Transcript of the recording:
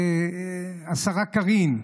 השרה קארין,